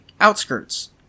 outskirts